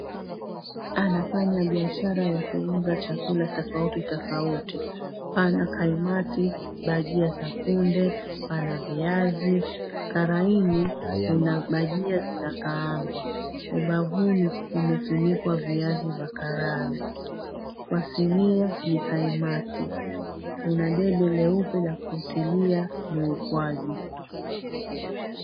Anafanya biashara ya kuuza chakula tofauti tofauti; pana kaimati, bajia za kunde, pana viazi. Karaini kuna bajia zinakaangwa. Ubavuni umefunikwa viazi vya karai. Kwa sinia ni kaimati. Kuna debe nyeupe la kutilia lenye ukwaju.